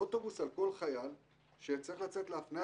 אוטובוס על כל חייל שצריך לצאת להפנייה,